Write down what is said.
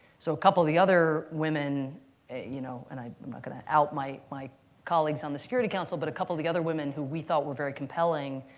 so couple of the other women you know and i'm not going to out my my colleagues on the security council. but a couple of the other women who we thought were very compelling